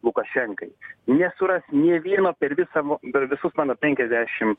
lukašenkai nesuras nė vieno per visą per visus mano penkiasdešim